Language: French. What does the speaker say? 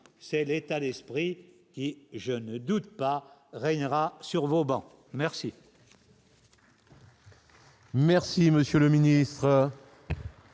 c'est l'état d'esprit et je ne doute pas régnera sur vos bancs merci.